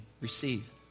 receive